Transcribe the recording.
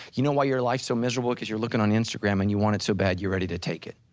you know why your life's so miserable? because you're looking on instagram and you want it so bad, you're ready to take it.